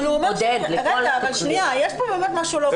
עודד, לכל התכנית.